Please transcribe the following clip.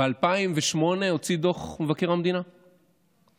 ב-2008 מבקר המדינה הוציא דוח,